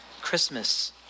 Christmas